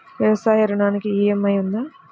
వ్యవసాయ ఋణానికి ఈ.ఎం.ఐ ఉందా?